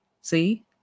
See